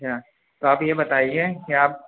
اچھا تو آپ یہ بتائیے کہ آپ